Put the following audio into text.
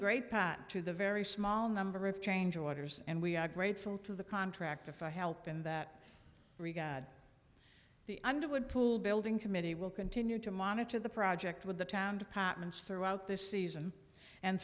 great back to the very small number of change orders and we are grateful to the contract if i help in that raghad the underwood pool building committee will continue to monitor the project with the town departments throughout this season and